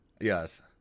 Yes